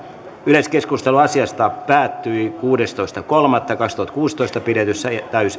yleiskeskustelu asiasta päättyi kuudestoista kolmatta kaksituhattakuusitoista pidetyssä